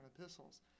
epistles